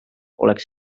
oleks